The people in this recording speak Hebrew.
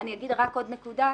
אני אומר עוד נקודה.